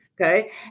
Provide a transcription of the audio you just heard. Okay